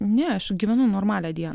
ne aš gyvenu normalią dieną